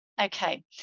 okay